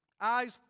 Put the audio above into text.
Eyes